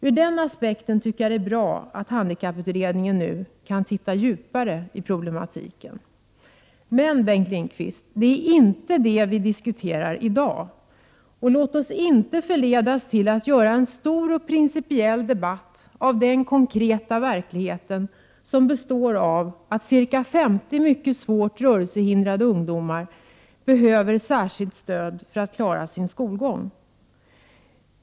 Ur den aspekten tycker jag det är bra att handikapputredningen nu kan titta djupare i problematiken. Men, Bengt Lindqvist, det är inte det vi diskuterar i dag. Och låt oss inte förledas till att göra en stor och principiell debatt av den konkreta verkligheten att ca 50 mycket svårt rörelsehindrade ungdomar behöver särskilt stöd för att klara av sin skolgång.